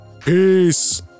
Peace